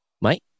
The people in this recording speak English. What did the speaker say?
Mike